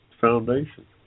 foundation